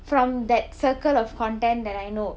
from that circle of content that I know